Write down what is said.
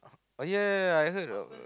oh yeah yeah yeah I heard about